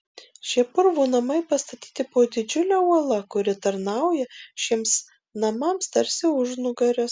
šie purvo namai pastatyti po didžiule uola kuri tarnauja šiems namams tarsi užnugaris